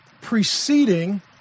preceding